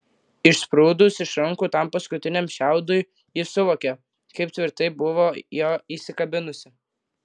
išsprūdus iš rankų tam paskutiniam šiaudui ji suvokė kaip tvirtai buvo jo įsikabinusi